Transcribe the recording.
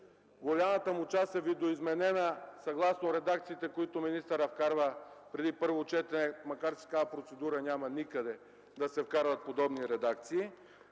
голямата му част е видоизменена съгласно редакциите, които министърът вкарва преди първо четене, макар че такава процедура няма никъде – да се вкарват подобни редакции.